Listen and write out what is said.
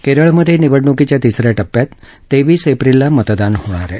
केरळमध्ये निवडणुकीच्या तिसऱ्या टप्प्यात तेवीस एप्रिलला मतदान होणार आहे